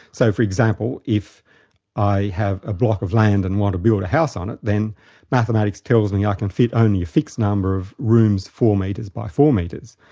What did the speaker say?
so for example if i have a block of land and want to build a house on it, then mathematics tells me i can fit only a fixed number of rooms four metres by four metres.